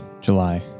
July